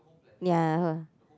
ya her